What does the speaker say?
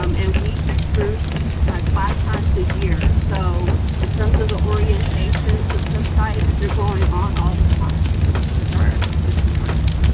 um and we recruit like five times a year, so in terms of the orientation of sub-sites, they're going on all the time with our vista partners.